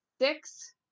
Six